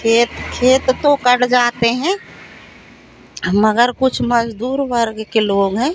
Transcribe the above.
खेत खेत तो कट जाते हैं मगर कुछ मज़दूर वर्ग के लोग हैं